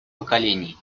поколений